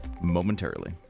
momentarily